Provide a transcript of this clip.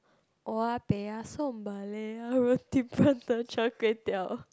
oya-beh-ya-som roti prata Char-Kway-Teow